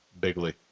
Bigly